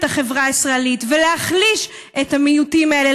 החברה הישראלית ולהחליש את המיעוטים האלה,